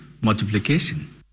multiplication